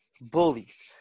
bullies